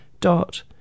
dot